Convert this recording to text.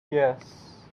yes